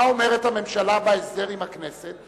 מה אומרת הממשלה בהסדר עם הכנסת?